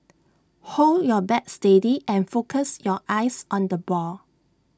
hold your bat steady and focus your eyes on the ball